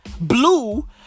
Blue